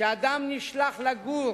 כשאדם נשלח לגור